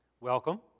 Welcome